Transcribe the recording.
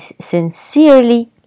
sincerely